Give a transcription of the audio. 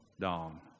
dawn